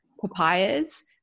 papayas